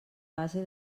base